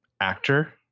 actor